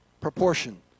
proportion